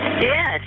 Yes